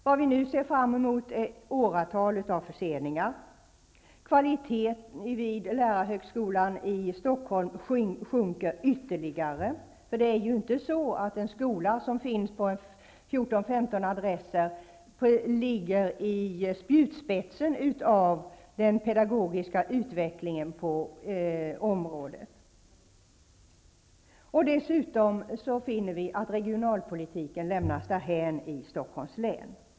Vad vi nu ser fram emot är åratal av förseningar. Kvaliteten vid lärarhögskolan i Stockholm sjunker ytterligare -- för det är ju inte så att en skola som finns på 14--15 adresser ligger i spjutspetsen av den pedagogiska utvecklingen på området. Dessutom finner vi att regionalpolitiken i Stockholms län lämnas därhän.